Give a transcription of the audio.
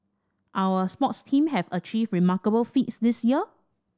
our sports teams have achieved remarkable feats this year